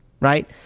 right